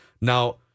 Now